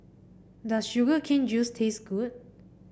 does Sugar Cane Juice taste good